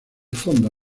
fondo